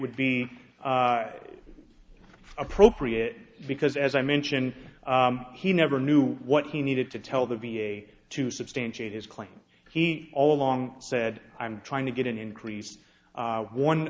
would be appropriate because as i mentioned he never knew what he needed to tell the v a to substantiate his claim he all along said i'm trying to get an increase of one